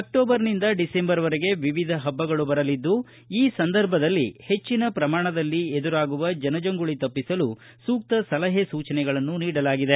ಅಕ್ಸೋಬರ್ನಿಂದ ಡಿಸೆಂಬರ್ವರೆಗೆ ವಿವಿಧ ಹಬ್ಲಗಳು ಬರಲಿದ್ದು ಈ ಸಂದರ್ಭದಲ್ಲಿ ಹೆಚ್ಚಿನ ಪ್ರಮಾಣದಲ್ಲಿ ಎದುರಾಗುವ ಜನಜಂಗುಳಿ ತಪ್ಪಿಸಲು ಸೂಕ್ತ ಸಲಹೆ ಸೂಜನೆಗಳನ್ನು ನೀಡಿದೆ